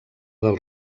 del